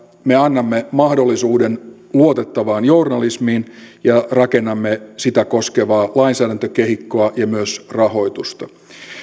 me annamme mahdollisuuden luotettavaan journalismiin ja rakennamme sitä koskevaa lainsäädäntökehikkoa ja myös rahoitusta